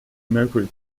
mercury